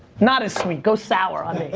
not as sweet, go sour on me.